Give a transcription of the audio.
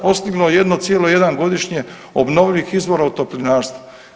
Postiglo 1,1 godišnje obnovljivih izvora u toplinarstvu.